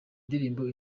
ndirimbo